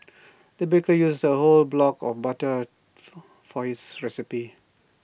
the baker used A whole block of butter for this recipe